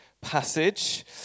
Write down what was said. passage